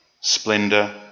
splendor